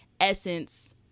Essence